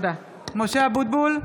(קוראת בשמות חברי הכנסת) משה אבוטבול,